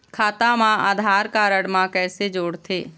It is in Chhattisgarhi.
खाता मा आधार कारड मा कैसे जोड़थे?